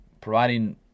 providing